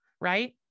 right